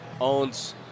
owns